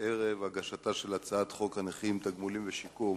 ערב הגשתה של הצעת חוק הנכים (תגמולים ושיקום),